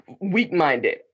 weak-minded